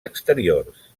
exteriors